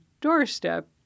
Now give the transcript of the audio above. doorstep